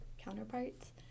counterparts